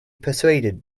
persuaded